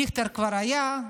דיכטר כבר היה,